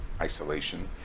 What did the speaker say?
isolation